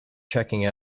checking